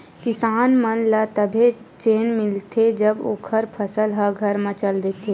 किसान मन ल तभे चेन मिलथे जब ओखर फसल ह घर म चल देथे